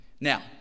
Now